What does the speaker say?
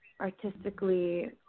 artistically